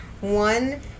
One